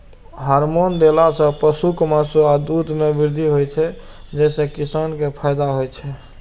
hormone देला सं पशुक मासु आ दूध मे वृद्धि होइ छै, जइसे किसान कें फायदा होइ छै